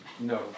No